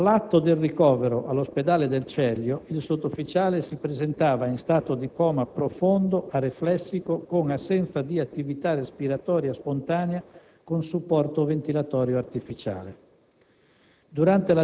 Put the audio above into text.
All'atto del ricovero all'Ospedale del Celio, il sottufficiale si presentava in stato di coma profondo areflessico con assenza di attività respiratoria spontanea, con supporto ventilatorio artificiale.